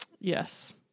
Yes